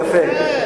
יפה.